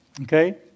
Okay